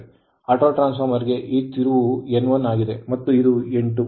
ಆಟೋಟ್ರಾನ್ಸ್ farmer ಗೆ ಈ ತಿರುವು N1ಆಗಿದೆ ಮತ್ತು ಇದು ಮತ್ತೊಂದು ತಿರುವು N2ಆಗಿದೆ